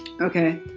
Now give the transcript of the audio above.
okay